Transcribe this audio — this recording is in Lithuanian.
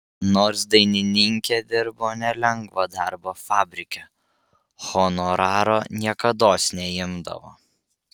nors dainininkė dirbo nelengvą darbą fabrike honoraro niekados neimdavo